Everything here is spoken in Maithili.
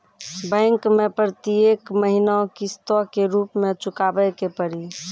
बैंक मैं प्रेतियेक महीना किस्तो के रूप मे चुकाबै के पड़ी?